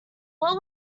what